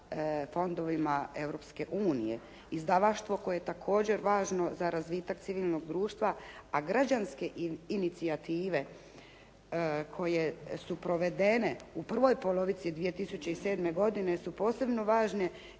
unije. Izdavaštvo koje je također važno za razvitak civilnoga društva, a građanske inicijative koje su provedene u prvoj polovici 2007. godine su posebno važne,